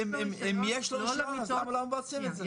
אם יש לו רשיון אז למה לא מבצעים את זה?